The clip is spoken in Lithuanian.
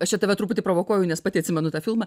aš čia tave truputį provokuoju nes pati atsimenu tą filmą